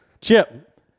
Chip